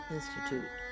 Institute